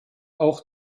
auch